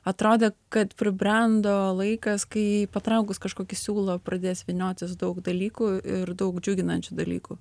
atrodė kad pribrendo laikas kai patraukus kažkokį siūlą pradės vyniotis daug dalykų ir daug džiuginančių dalykų